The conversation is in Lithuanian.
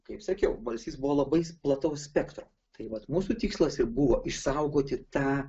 kaip sakiau balsys buvo labai plataus spektro tai vat mūsų tikslas ir buvo išsaugoti tą